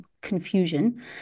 confusion